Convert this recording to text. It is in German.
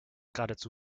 geradezu